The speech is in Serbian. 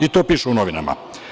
I to piše u novinama.